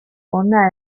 hona